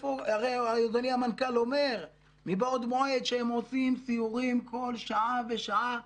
אדוני המנכ"ל אומר שמבעוד מועד הם עושים סיורים בכל שעה ושעה,